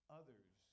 others